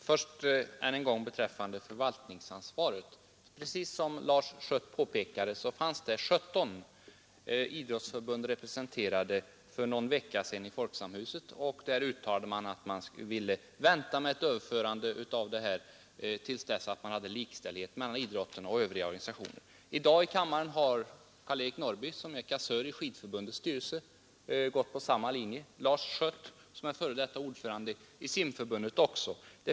Herr talman! Först vill jag än en gång säga några ord om förvaltningsansvaret. Precis som Lars Schött påpekade fanns 17 idrottsförbund representerade i Folksamhuset för någon vecka sedan. Där uttalade man att man ville vänta med ett överförande av ansvaret till dess man hade likställdhet mellan idrotten och övriga organisationer. I dag i kammaren har Karl-Eric Norrby, som är kassör i Skidförbundets styrelse, och Lars Schött, som är f. d. ordförande i Simförbundet, gått på samma linje.